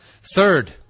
Third